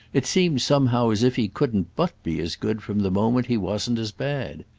it seemed somehow as if he couldn't but be as good from the moment he wasn't as bad.